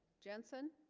jensen